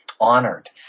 honored